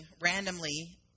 randomly